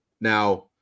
Now